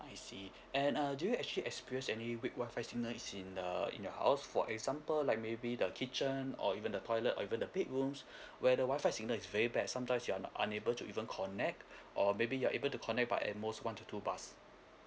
I see and uh do you actually experience any weak wifi signals in the in the house for example like maybe the kitchen or even the toilet or even the bedrooms where the wifi signal is very bad sometimes you're unable to even connect or maybe you're able to connect but at most one or two bars